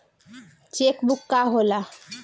Check book का होला?